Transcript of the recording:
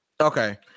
okay